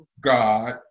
God